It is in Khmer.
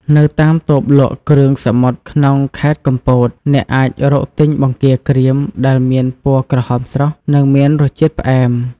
នៅតាមតូបលក់គ្រឿងសមុទ្រក្នុងខេត្តកំពត អ្នកអាចរកទិញបង្គាក្រៀមដែលមានពណ៌ក្រហមស្រស់ និងមានរសជាតិផ្អែម។